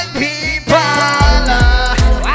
people